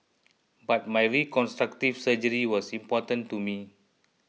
but my reconstructive surgery was important to me